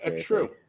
true